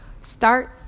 start